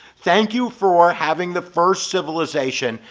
thank you for having the first civilization,